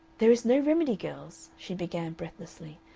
there is no remedy, girls, she began, breathlessly,